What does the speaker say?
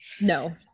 No